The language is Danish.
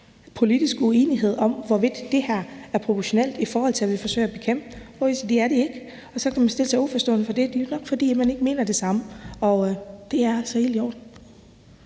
politisk uenighed om, hvorvidt det her er proportionelt, i forhold til hvad vi forsøger at bekæmpe, hvor vi siger, at det er det ikke. Så kan man jo stille sig uforstående over for det – det er jo nok, fordi man ikke mener det samme, og det er så helt i orden.